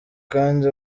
kandi